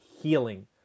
healing